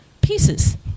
pieces